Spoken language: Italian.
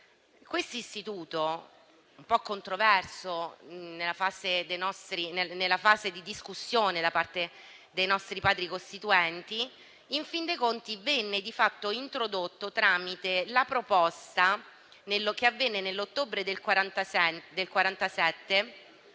questo istituto, un po' controverso nella fase di discussione da parte dei nostri Padri costituenti, in fin dei conti venne introdotto tramite la proposta che venne, nell'ottobre del 1947,